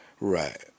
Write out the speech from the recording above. Right